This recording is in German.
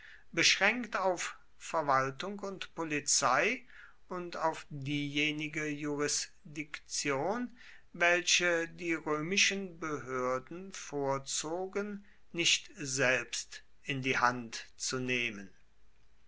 beschränkt auf verwaltung und polizei und auf diejenige jurisdiktion welche die römischen behörden vorzogen nicht selbst in die hand zu nehmen